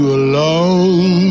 alone